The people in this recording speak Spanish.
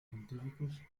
científicos